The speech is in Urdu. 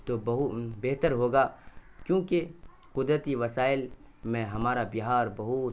تو بہو بہتر ہوگا کیونکہ قدرتی وسائل میں ہمارا بہار بہت